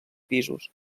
pisos